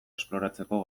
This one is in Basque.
esploratzeko